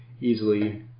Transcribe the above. easily